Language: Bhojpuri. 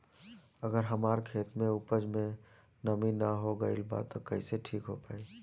अगर हमार खेत में उपज में नमी न हो गइल बा त कइसे ठीक हो पाई?